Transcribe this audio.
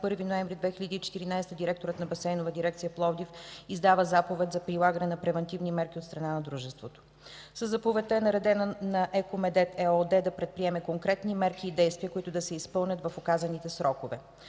21 ноември 2014 г. директорът на Басейнова дирекция – Пловдив, издава Заповед за прилагане на превантивни мерки от страна на дружеството. Със Заповедта е наредено на „Еко Медет” ЕООД да предприеме конкретни мерки и действия, които да се изпълнят в указаните срокове;